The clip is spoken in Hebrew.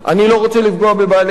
אני לא רוצה לפגוע בבעלי-בתים,